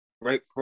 right